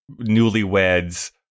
newlyweds